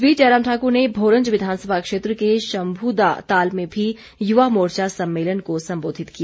इस बीच जयराम ठाकुर ने भोरंज विधानसभा क्षेत्र के शम्भू दा ताल में भी युवा मोर्चा सम्मेलन को सम्बोधित किया